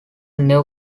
new